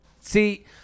See